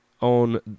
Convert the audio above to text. on